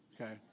okay